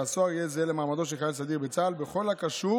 הסוהר יהיה זהה למעמדו של חייל סדיר בצה"ל בכל הקשור